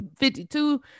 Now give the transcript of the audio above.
52